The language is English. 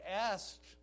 asked